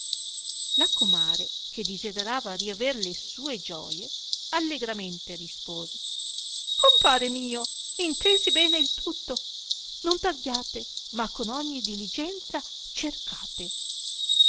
la comare che desiderava riaver le sue gioie allegramente rispose compare mio intesi bene il tutto non tardiate ma con ogni diligenza cercate